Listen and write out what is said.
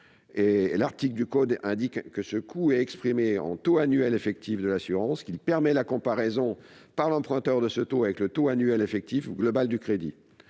L. 313-8 dudit code précise que ce coût est exprimé en taux annuel effectif de l'assurance, qui permet la comparaison par l'emprunteur de ce taux avec le taux annuel effectif global du crédit.